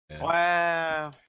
Wow